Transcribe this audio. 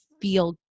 feel